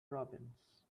robins